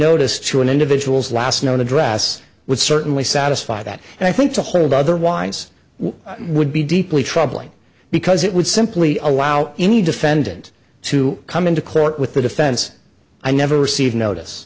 notice to an individual's last known address would certainly satisfy that and i think to hold otherwise would be deeply troubling because it would simply allow any defendant to come into court with the defense i never received notice